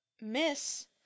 Miss